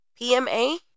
pma